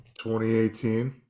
2018